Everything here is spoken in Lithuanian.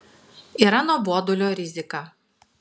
yra nuobodulio rizika